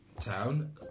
town